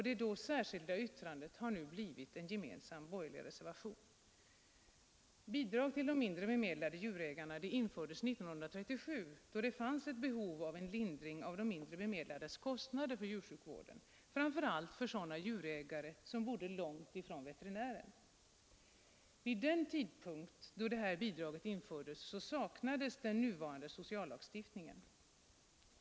Det särskilda yttrandet då har nu blivit en gemensam borgerlig reservation. Bidrag till mindre bemedlade djurägare infördes 1937, då det fanns ett behov av lindring av de mindre bemedlades kostnader för djursjukvården, framför allt för sådana djurägare som bodde långt från veterinären. Vid den tidpunkt då detta bidrag infördes saknades nuvarande sociallagstiftning.